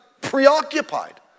preoccupied